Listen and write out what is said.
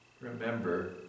remember